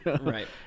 Right